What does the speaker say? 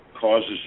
causes